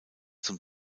zum